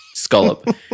scallop